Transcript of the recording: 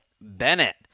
Bennett